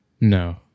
No